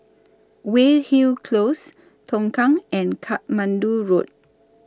Weyhill Close Tongkang and Katmandu Road